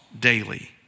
daily